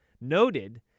noted